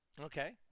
Okay